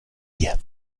dir